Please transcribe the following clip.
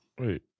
Wait